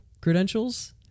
credentials